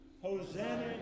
Hosanna